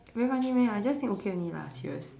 very funny meh I just said okay only lah serious